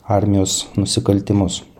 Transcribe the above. armijos nusikaltimus